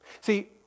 See